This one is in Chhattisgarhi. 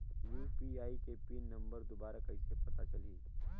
यू.पी.आई के पिन नम्बर दुबारा कइसे पता चलही?